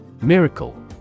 Miracle